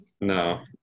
No